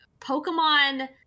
pokemon